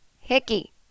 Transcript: Hickey